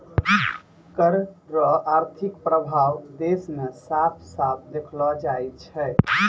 कर रो आर्थिक प्रभाब देस मे साफ साफ देखलो जाय छै